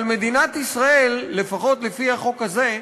אבל מדינת ישראל, לפחות לפי החוק הזה,